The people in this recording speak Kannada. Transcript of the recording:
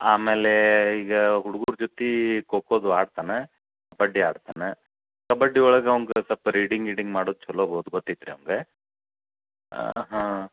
ಆಮೇಲೆ ಈಗ ಹುಡ್ಗರ ಜೊತೆ ಖೊ ಖೋದು ಆಡ್ತಾನೆ ಕಬಡ್ಡಿ ಆಡ್ತಾನೆ ಕಬಡ್ಡಿ ಒಳಗೆ ಅಂವ್ಗೆ ಸ್ವಲ್ಪ ರೀಡಿಂಗ್ ಗೀಡಿಂಗ್ ಮಾಡೋದು ಚೊಲೋದು ಗೊತ್ತೈತ್ರಿ ಅವ್ನ್ಗೆ ಆಂ ಹಾಂ